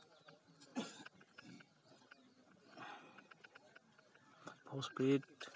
phosphate